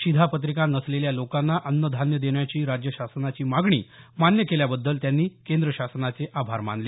शिधापत्रिका नसलेल्या लोकांना अन्नधान्य देण्याची राज्य शासनाची मागणी मान्य केल्याबद्दल त्यांनी केंद्र शासनाचे आभार मानले